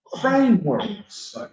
frameworks